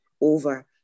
over